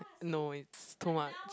no it's too much